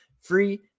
free